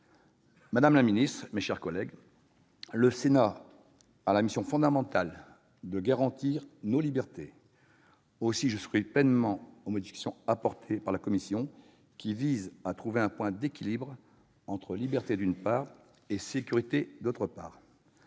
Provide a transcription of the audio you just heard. Madame la ministre, mes chers collègues, le Sénat a la mission fondamentale de garantir nos libertés. Aussi, je souscris pleinement aux modifications apportées par la commission, qui visent à trouver un point d'équilibre entre les libertés, d'une part, et la sécurité, d'autre part.